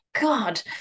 God